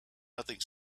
nothing